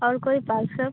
और कोई पार्क सब